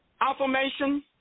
affirmation